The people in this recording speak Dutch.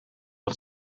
nog